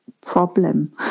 problem